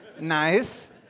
Nice